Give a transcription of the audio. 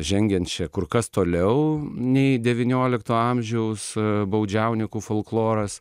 žengiančią kur kas toliau nei devyniolikto amžiaus baudžiaunikų folkloras